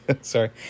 Sorry